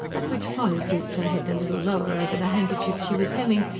at which polly drooped her head a little lower over the handkerchief she was hemming,